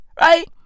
right